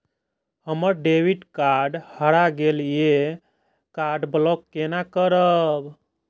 हमर debit card हरा गेल ये कार्ड ब्लॉक केना करब?